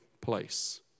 place